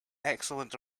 excellent